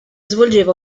svolgeva